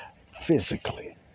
physically